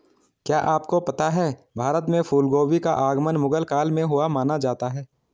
क्या आपको पता है भारत में फूलगोभी का आगमन मुगल काल में हुआ माना जाता है?